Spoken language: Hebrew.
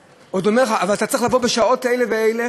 ועוד אומר לך: אבל אתה צריך לבוא בשעות אלה ואלה,